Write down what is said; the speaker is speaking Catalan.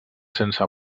sense